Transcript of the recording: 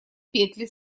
петли